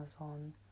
Amazon